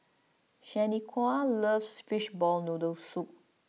Shaniqua loves Fishball Noodle Soup